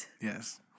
Yes